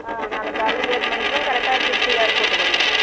ஆ நாளைக்கு காலையில் ஏழு மணிக்கெல்லாம் கரெக்டாக திருச்சி ஏர்போர்ட்டுக்கு வந்துடுங்க